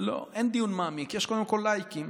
לא, אין דיון מעמיק, יש קודם כול לייקים.